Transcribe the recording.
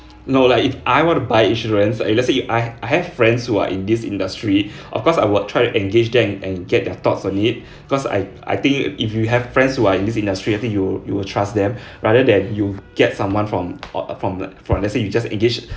no lah if I want to buy insurance if let's say I I have friends who are in this industry of course I would try to engage them and get their thoughts on it because I I think if you have friends who are in this industry I think you you will trust them rather than you get someone from err from the from let's say you just engage